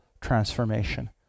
transformation